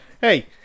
Hey